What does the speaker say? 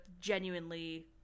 genuinely